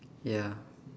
ya